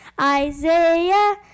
Isaiah